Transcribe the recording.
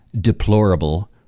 deplorable